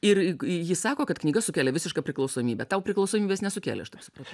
ir ji sako kad knyga sukelia visišką priklausomybę tau priklausomybės nesukėlė aš taip supratau